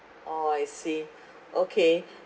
orh I see okay